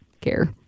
care